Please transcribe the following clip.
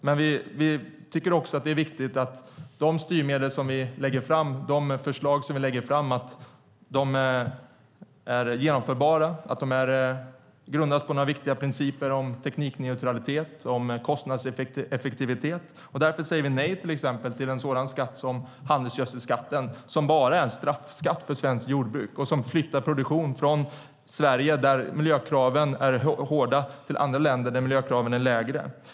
Men vi tycker också att det är viktigt att de förslag vi lägger fram är genomförbara och grundas på viktiga principer om teknikneutralitet och kostnadseffektivitet. Därför säger vi till exempel nej till en sådan skatt som handelsgödselskatten, som bara är en straffskatt för svenskt jordbruk och flyttar produktion från Sverige, där miljökraven är hårda, till andra länder där miljökraven är lägre.